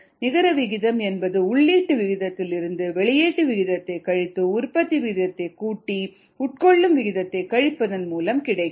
நிகர விகிதம் என்பது உள்ளீட்டு விகிதத்தில் இருந்து வெளியீட்டு விகிதத்தை கழித்து உற்பத்தி விகிதத்தை கூட்டி உட்கொள்ளும் விகிதத்தை கழிப்பதன் மூலம் கிடைக்கும்